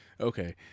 Okay